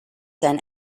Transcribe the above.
zijn